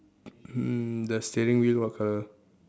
hmm the steering wheel what colour